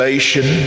nation